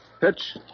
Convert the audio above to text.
pitch